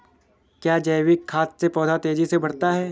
क्या जैविक खाद से पौधा तेजी से बढ़ता है?